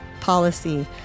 policy